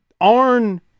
Arn